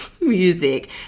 music